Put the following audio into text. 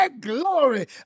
glory